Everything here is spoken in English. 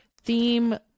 theme